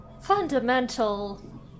fundamental